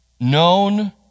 known